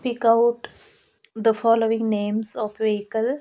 speak out the following names of vehicles